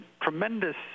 tremendous